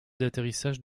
d’atterrissage